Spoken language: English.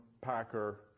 Packer